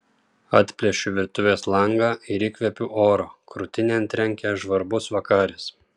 atplėšiu virtuvės langą ir įkvepiu oro krūtinėn trenkia žvarbus vakaris